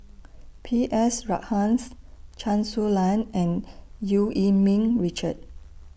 P S Rajhans Chen Su Lan and EU Yee Ming Richard